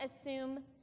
assume